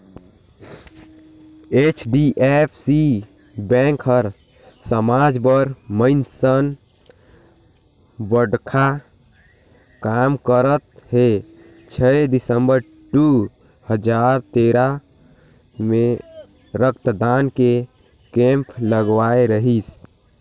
HDFC bank हर समाज बर अइसन बड़खा काम करत हे छै दिसंबर दू हजार तेरा मे रक्तदान के केम्प लगवाए रहीस